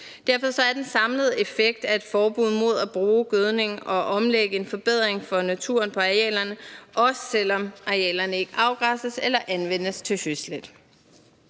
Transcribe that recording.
Derfor er den samlede effekt af et forbud mod at bruge gødning og at omlægge en forbedring for naturen på arealerne, også selv om arealerne ikke afgræsses eller anvendes til høslæt.